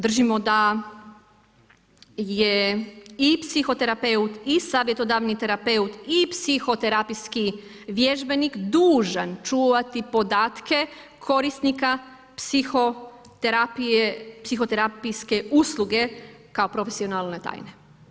Držimo da je i psihoterapeut i savjetodavni terapeut i psihoterapijski vježbenik dužan čuvati podatke korisnika psihoterapijske usluge kao profesionalne tajne.